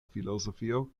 filozofio